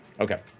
okay.